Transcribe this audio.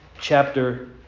Chapter